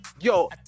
yo